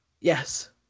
Yes